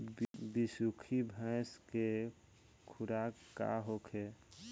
बिसुखी भैंस के खुराक का होखे?